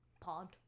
Pod